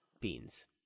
beans